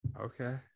Okay